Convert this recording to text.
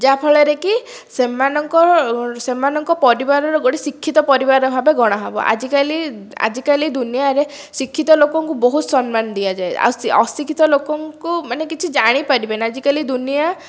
ଯାହାଫଳରେ କି ସେମାନଙ୍କର ସେମାନଙ୍କ ପରିବାରର ଗୋଟିଏ ଶିକ୍ଷିତ ପରିବାର ଭାବରେ ଗଣା ହେବ ଆଜିକାଲି ଆଜିକାଲି ଦୁନିଆଁରେ ଶିକ୍ଷିତ ଲୋକଙ୍କୁ ବହୁତ ସମ୍ମାନ ଦିଆଯାଏ ଆଉ ସେ ଅଶିକ୍ଷିତ ଲୋକଙ୍କୁ ମାନେ କିଛି ଜାଣିପାରିବେ ନା ଆଜିକାଲି ଦୁନିଆଁ